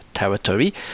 territory